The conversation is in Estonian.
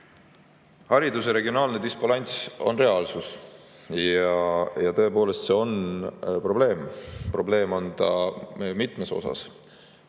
Hariduse regionaalne disbalanss on reaalsus ja tõepoolest, see on probleem. Probleem on ta mitmes mõttes.